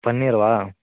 पन्नीर् वा